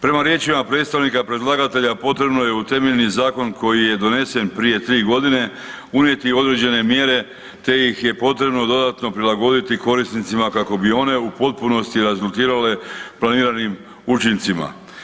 Prema riječima predstavnika predlagatelja potrebno je u temeljni zakon koji je donesen prije tri godine unijeti određene mjere te ih je potrebno dodatno prilagoditi korisnicima kako bi one u potpunosti rezultirale planiranim učincima.